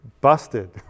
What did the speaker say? Busted